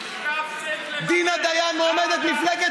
תפסיק לבלבל, דינה דיין, מועמדת מפלגת